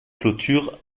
clôture